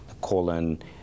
colon